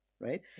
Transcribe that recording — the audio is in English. right